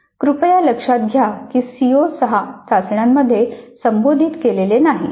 कृपया लक्षात घ्या की सीओ 6 चाचण्यांमध्ये संबोधित केलेले नाही